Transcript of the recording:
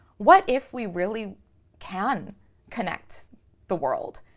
what if we really can connect the world?